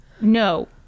No